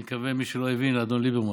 אני מתכוון, למי שלא הבין, לאדון ליברמן.